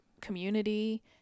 community